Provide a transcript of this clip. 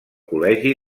col·legi